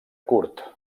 kurd